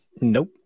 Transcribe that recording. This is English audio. Nope